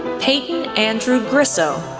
peyton andrew grisso,